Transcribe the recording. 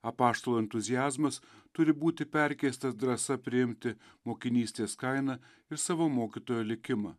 apaštalų entuziazmas turi būti perkeistas drąsa priimti mokinystės kainą ir savo mokytojo likimą